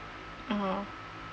(uh huh)